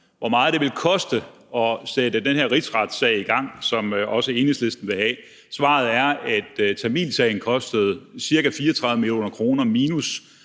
hvor meget det vil koste at sætte den her rigsretssag i gang, som også Enhedslisten vil have. Svaret er, at tamilsagen kostede ca. 34 mio. kr. minus